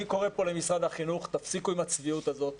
אני קורא פה למשרד החינוך: תפסיקו עם הצביעות הזאת.